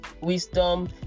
wisdom